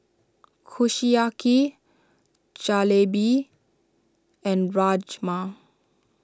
Kushiyaki Jalebi and Rajma